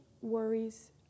worries